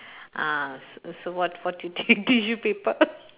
uh so so what what t~ tis~ tissue paper